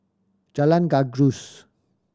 Jalan Gajus